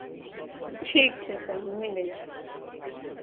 ठीक छै सर हम मिलै छी